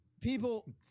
people